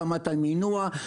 שלוש שנים לאחר השחרור